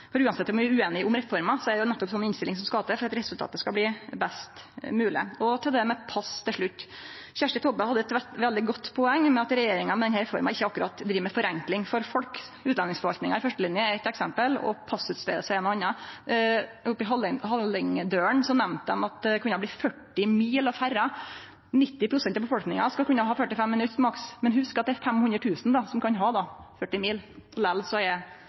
om vi er ueinige om reforma, er det nettopp ei slik innstilling som skal til for at resultatet skal bli best mogleg. Til det med pass til slutt: Kjersti Toppe hadde eit veldig godt poeng i at regjeringa med denne reforma ikkje akkurat driv med forenkling for folk. Utdanningsforvaltinga i førstelinja er eit eksempel og passutskriving eit anna. Avisa Hallingdølen nemnde at det kunne bli 40 mil å fare. 90 pst. av befolkninga skal ha maks 45 minutt, men hugs at det då er 500 000 som kan ha 40 mil. Lell er krava i forslaget frå fleirtalet stilte. Dette har etter hvert blitt en interessant debatt. På sett og